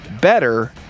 better